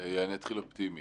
אני אתחיל אופטימי.